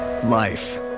life